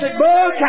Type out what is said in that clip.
book